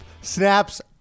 snaps